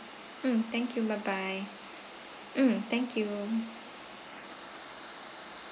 mm thank you bye bye mm thank you